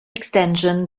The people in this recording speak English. extension